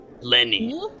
Lenny